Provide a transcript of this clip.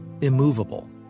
immovable